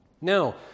Now